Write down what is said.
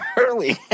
early